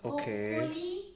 okay